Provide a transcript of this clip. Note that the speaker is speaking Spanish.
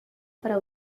para